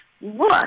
look